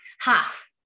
Half